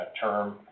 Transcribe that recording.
term